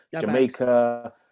jamaica